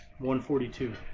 142